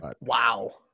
wow